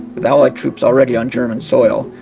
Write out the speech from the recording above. with allied troops already on german soil,